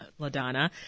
LaDonna